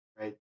right